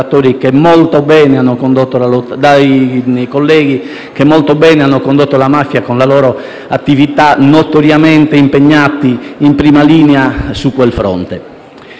che molto bene hanno condotto la lotta alla mafia con la loro attività, notoriamente impegnati in prima linea su quel fronte.